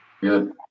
Good